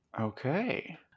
Okay